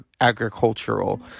agricultural